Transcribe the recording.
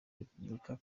repubulika